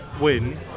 win